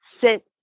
sit